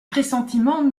pressentiments